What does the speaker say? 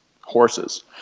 horses